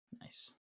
Nice